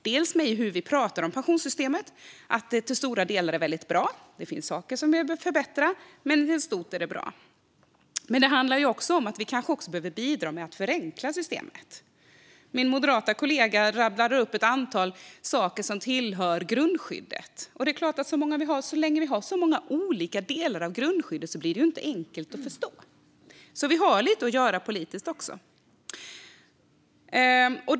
Det handlar om hur vi pratar om pensionssystemet - att det till stora delar är väldigt bra. Det finns saker som vi behöver förbättra, men i stort är det bra. Vi kanske också behöver bidra med att förenkla systemet. Min moderata kollega rabblade upp ett antal saker som tillhör grundskyddet. Det är klart att så länge vi har så många olika delar av grundskyddet är det inte enkelt att förstå. Vi har alltså lite att göra politiskt också.